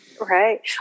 right